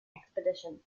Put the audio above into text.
expedition